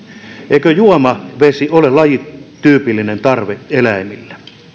eikö juomavesi ole lajityypillinen tarve eläimille